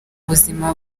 buzima